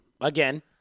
Again